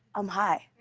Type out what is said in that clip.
i'm high.